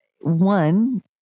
one